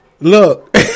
look